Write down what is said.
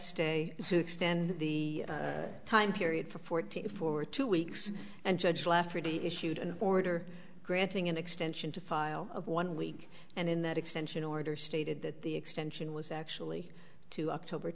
stay extend the time period for forty four two weeks and judge lafferty issued an order granting an extension to file a one week and in that extension order stated that the extension was actually to october